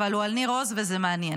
אבל הוא על ניר עוז וזה מעניין,